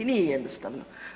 Nije jednostavno.